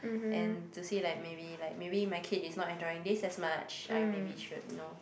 and to see like maybe like maybe my kid is not enjoying this as much I maybe should you know